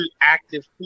active